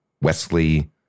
Wesley